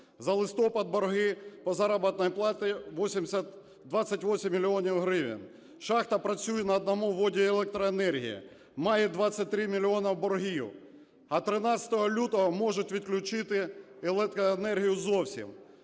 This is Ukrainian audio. За листопад борги по заробітній платі – 28 мільйонів гривень. Шахта працює на одному виді електроенергії, має 23 мільйони боргів, а 13 лютого можуть відключити електроенергію зовсім.